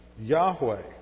Yahweh